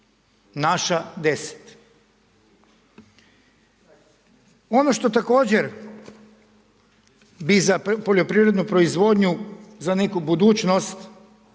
Naša 10. Ono što također bi za poljoprivrednu proizvodnju za neku budućnost,